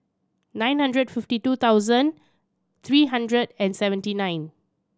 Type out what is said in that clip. nine hundred fifty two thousand three hundred and seventy nine